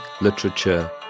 literature